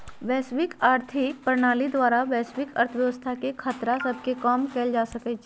वैश्विक आर्थिक प्रणाली द्वारा वैश्विक अर्थव्यवस्था के खतरा सभके कम कएल जा सकइ छइ